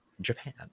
Japan